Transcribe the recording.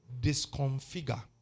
disconfigure